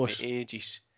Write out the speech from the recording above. ages